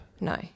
no